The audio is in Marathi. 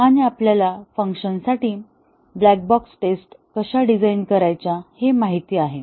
आणि आपल्याला फंक्शनसाठी ब्लॅक बॉक्स टेस्ट्स कशा डिझाइन करायच्या हे माहित आहे